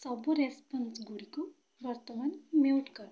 ସବୁ ରେସ୍ପନ୍ସଗୁଡ଼ିକୁ ବର୍ତ୍ତମାନ ମ୍ୟୁଟ୍ କର